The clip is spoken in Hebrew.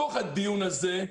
בתוך הדיון הזה,